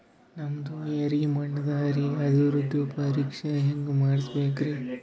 ನಮ್ದು ಎರಿ ಮಣ್ಣದರಿ, ಅದರದು ಪರೀಕ್ಷಾ ಹ್ಯಾಂಗ್ ಮಾಡಿಸ್ಬೇಕ್ರಿ?